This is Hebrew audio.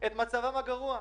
את מצבם הגרוע.